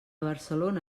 barcelona